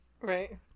right